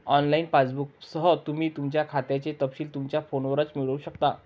online पासबुकसह, तुम्ही तुमच्या खात्याचे तपशील तुमच्या फोनवरच मिळवू शकता